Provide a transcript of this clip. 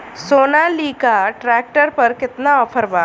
Sonalika tractor पर केतना offer बा?